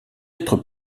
être